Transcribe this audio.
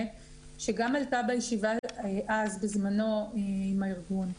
שגם עלתה בישיבה אז בזמנו עם הארגון.